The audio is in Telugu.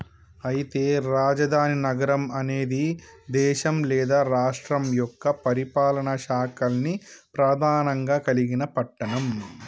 అయితే రాజధాని నగరం అనేది దేశం లేదా రాష్ట్రం యొక్క పరిపాలనా శాఖల్ని ప్రధానంగా కలిగిన పట్టణం